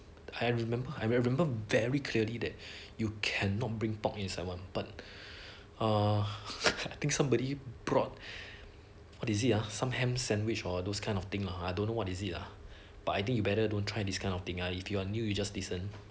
I remember I remember very clearly that you cannot bring pork inside one but uh I I think somebody brought is it ah some ham sandwich or those kind of thing I don't know what is lah but I think you better don't try this kind of thing uh if you are new you just listen